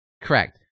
Correct